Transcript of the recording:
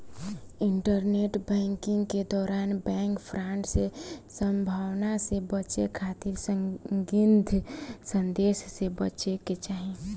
internet banking के दौरान bank fraud के संभावना से बचे खातिर संदिग्ध संदेश से बचे के चाही